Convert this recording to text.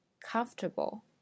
comfortable